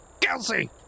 Kelsey